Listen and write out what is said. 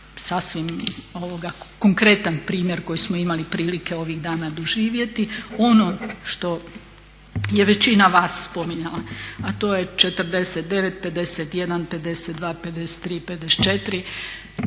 sasvim konkretan primjer koji smo imali prilike ovih dana doživjeti. Ono što je većina vas spominjala, a to je 49,51,52,53,54,